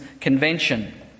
convention